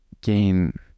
gain